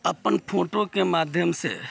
अपन फोटोके माध्यमसँ